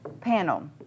panel